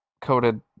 coated